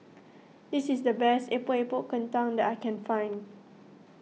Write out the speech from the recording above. this is the best Epok Epok Kentang that I can find